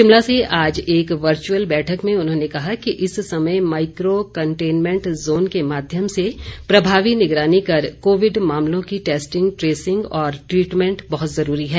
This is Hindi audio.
शिमला से आज एक वर्चुअल बैठक में उन्होंने कहा कि इस समय माइको कंटेनमेंट जोन के माध्यम से प्रभावी निगरानी कर कोविड मामलों की टैस्टिंग ट्रेसिंग और ट्रिटमेंट बहुत जरूरी है